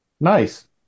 nice